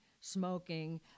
smoking